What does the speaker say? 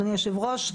אדוני היושב-ראש,